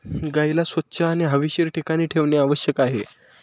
गाईला स्वच्छ आणि हवेशीर ठिकाणी ठेवणे आवश्यक आहे